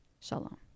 shalom